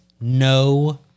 no